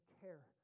care